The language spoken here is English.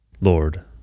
Lord